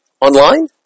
Online